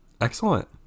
excellent